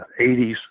80s